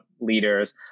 leaders